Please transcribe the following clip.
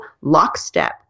lockstep